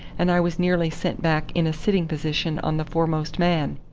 and i was nearly sent back in a sitting position on the foremost man.